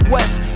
West